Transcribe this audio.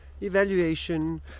evaluation